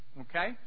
Okay